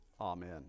amen